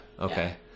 okay